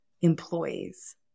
employees